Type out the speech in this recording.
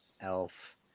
Elf